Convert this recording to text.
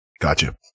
Gotcha